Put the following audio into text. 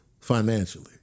Financially